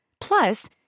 Plus